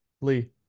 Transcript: Lee